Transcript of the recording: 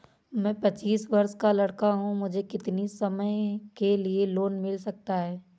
मैं पच्चीस वर्ष का लड़का हूँ मुझे कितनी समय के लिए लोन मिल सकता है?